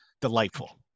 Delightful